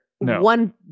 one